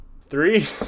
Three